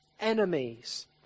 enemies